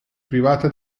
privata